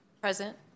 Present